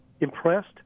impressed